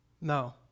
No